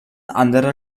anderer